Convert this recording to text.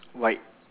white